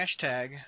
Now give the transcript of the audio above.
hashtag